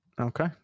Okay